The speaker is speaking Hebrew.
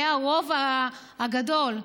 הרוב הגדול,